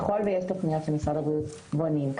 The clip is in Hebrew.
ככל שיש תוכניות שמשרד הבריאות בונים,